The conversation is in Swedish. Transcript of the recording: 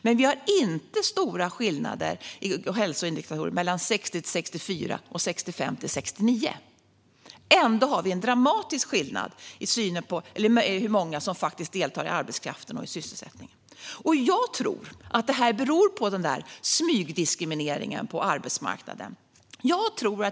Men vi har inte några stora skillnader i hälsoindikatorer mellan 60-64 och 65-69. Ändå har vi en dramatisk skillnad i hur många som faktiskt deltar i arbetskraften och i sysselsättningen. Det beror på smygdiskrimineringen på arbetsmarknaden.